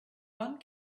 one